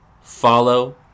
follow